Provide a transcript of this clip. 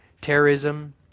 Terrorism